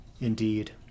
Indeed